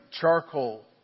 charcoal